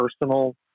Personal